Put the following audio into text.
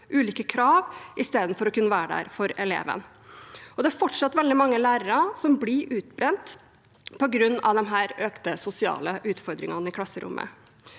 ulike krav, i stedet for å kunne være der for eleven. Det er fortsatt veldig mange lærere som blir utbrent på grunn av disse økte sosiale utfordringene i klasserommet.